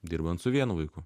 dirbant su vienu vaiku